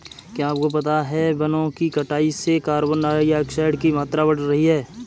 क्या आपको पता है वनो की कटाई से कार्बन डाइऑक्साइड की मात्रा बढ़ रही हैं?